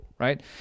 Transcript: Right